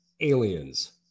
Aliens